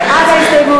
מי בעד ההסתייגות?